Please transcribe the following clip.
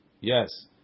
Yes